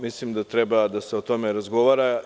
Mislim da treba da se o tome razgovara.